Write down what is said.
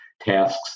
tasks